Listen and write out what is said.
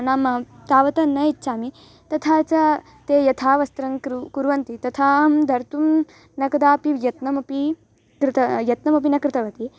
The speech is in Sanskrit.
नाम तावता न इच्छामि तथा च ते यथा वस्त्रं क्रु कुर्वन्तु तथाहं धर्तुं न कदापि यत्नमपि कृता यत्नमपि न कृतवती